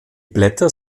blätter